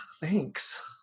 Thanks